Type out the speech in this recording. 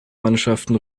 mannschaften